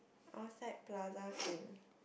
outside Plaza Sing